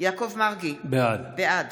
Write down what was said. יעקב מרגי, בעד